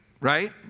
right